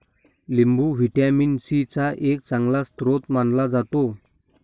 लिंबू vitamin C चा एक चांगला स्रोत मानला जातो